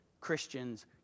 Christians